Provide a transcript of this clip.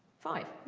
five?